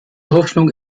hoffnung